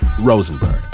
Rosenberg